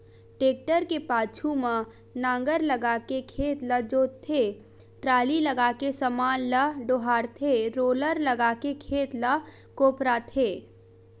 tractor के पाछू म नांगर लगाके खेत ल जोतथे, टराली लगाके समान ल डोहारथे रोलर लगाके खेत ल कोपराथे